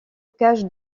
cache